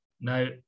now